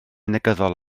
negyddol